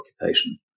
occupation